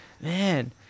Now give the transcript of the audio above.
man